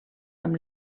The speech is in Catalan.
amb